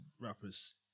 rappers